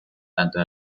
tanto